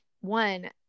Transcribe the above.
one